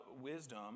wisdom